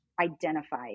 identify